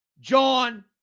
John